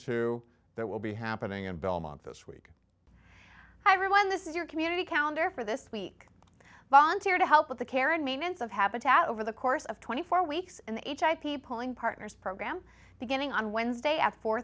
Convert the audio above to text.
to that will be happening in belmont this week everyone this is your community counter for this week volunteer to help with the care and maintenance of habitat over the course of twenty four weeks and the polling partners program beginning on wednesday at four